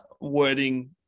wording